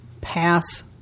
pass